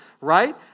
right